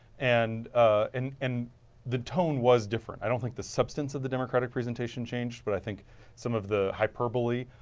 and and and the tone was different. i don't think the substance of the democratic presentation changed but i think some of the high per bowly,